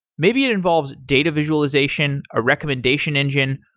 maybe it involves data visualization, a recommendation engine,